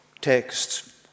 texts